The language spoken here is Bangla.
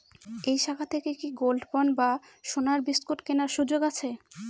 এই শাখা থেকে কি গোল্ডবন্ড বা সোনার বিসকুট কেনার সুযোগ আছে?